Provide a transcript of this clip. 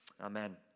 Amen